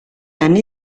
anni